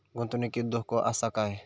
गुंतवणुकीत धोको आसा काय?